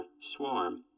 Swarm